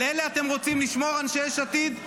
על אלה אתם רוצים לשמור, אנשי יש עתיד?